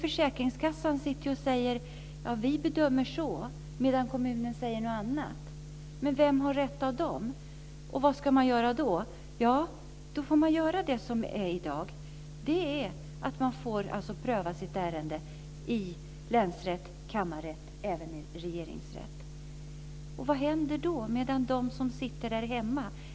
Försäkringskassan kan säga att den bedömer på ett sätt, medan kommunen säger något annat. Vem har rätt, och vad ska man göra i ett sådant fall? Man måste i dag i ett sådant ärende få sitt fall prövat i länsrätten, kammarrätten och regeringsrätten. Vad händer då med dem som sitter där hemma?